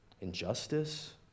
injustice